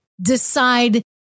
decide